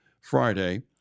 Friday